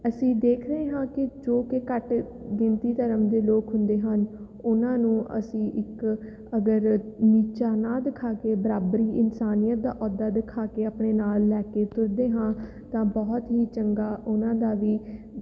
ਅਸੀਂ ਦੇਖ ਰਹੇ ਹਾਂ ਕਿ ਜੋ ਕਿ ਘੱਟ ਗਿਣਤੀ ਧਰਮ ਦੇ ਲੋਕ ਹੁੰਦੇ ਹਨ ਉਹਨਾਂ ਨੂੰ ਅਸੀਂ ਇੱਕ ਅਗਰ ਨੀਚਾ ਨਾ ਦਿਖਾ ਕੇ ਬਰਾਬਰੀ ਇਨਸਾਨੀਅਤ ਦਾ ਅਹੁਦਾ ਦਿਖਾ ਕੇ ਆਪਣੇ ਨਾਲ ਲੈ ਕੇ ਤੁਰਦੇ ਹਾਂ ਤਾਂ ਬਹੁਤ ਹੀ ਚੰਗਾ ਉਹਨਾਂ ਦਾ ਵੀ